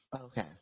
Okay